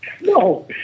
No